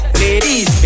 ladies